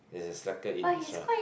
there's a slacker in his